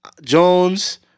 Jones